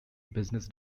business